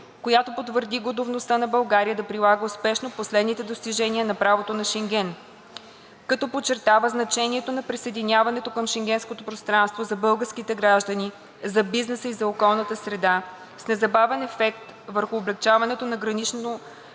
която потвърди готовността на България да прилага успешно последните достижения на правото на Шенген; - като подчертава значението на присъединяването към Шенгенското пространство за българските граждани, за бизнеса и за околната среда, с незабавен ефект върху облекчаването на граничните